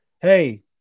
hey